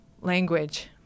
language